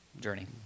journey